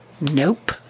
Nope